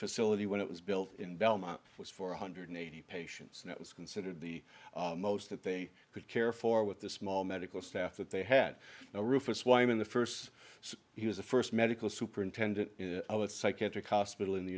facility when it was built in belmont was four hundred eighty patients and it was considered the most that they could care for with the small medical staff that they had a rufous why in the first he was the first medical superintendent of a psychiatric hospital in the